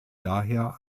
daher